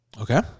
Okay